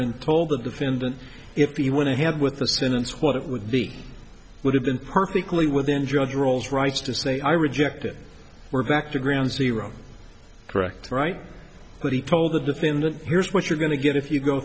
defendant if he went ahead with the sentence what it would be would have been perfectly within judge roll's rights to say i reject it we're back to ground zero correct right but he told the defendant here's what you're going to get if you go